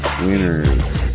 winners